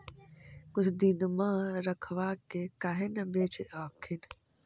कुछ दिनमा रखबा के काहे न बेच हखिन?